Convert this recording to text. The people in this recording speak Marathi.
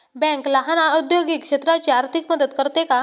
बँक लहान औद्योगिक क्षेत्राची आर्थिक मदत करते का?